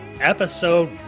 episode